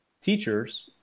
teachers